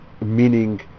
meaning